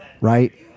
right